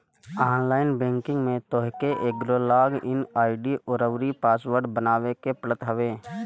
online banking में तोहके एगो लॉग इन आई.डी अउरी पासवर्ड बनावे के पड़त हवे